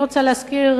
אני רוצה להזכיר,